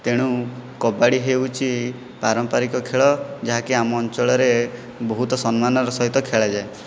ତେଣୁ କବାଡ଼ି ହେଉଛି ପାରମ୍ପାରିକ ଖେଳ ଯାହାକି ଆମ ଅଞ୍ଚଳରେ ବହୁତ ସମ୍ମାନର ସହିତ ଖେଳଯାଏ